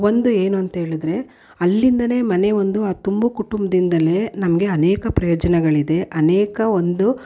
ಒಂದು ಏನು ಅಂಥೇಳಿದರೆ ಅಲ್ಲಿಂದಲೇ ಮನೆ ಒಂದು ಆ ತುಂಬು ಕುಟುಂಬದಿಂದಲೇ ನಮಗೆ ಅನೇಕ ಪ್ರಯೋಜನಗಳಿದೆ ಅನೇಕ ಒಂದು